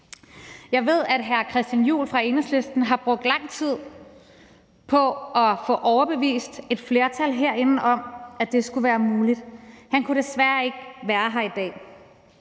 Jeg ved, at hr. Christian Juhl fra Enhedslisten har brugt lang tid på at få overbevist et flertal herinde om, at det skulle være muligt. Han kan desværre ikke være her i dag.